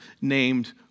named